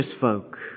folk